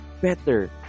better